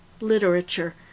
literature